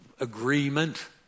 agreement